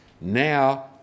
now